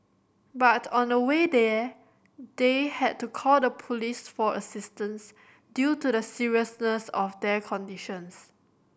but on the way there they had to call the police for assistance due to the seriousness of their conditions